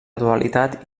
dualitat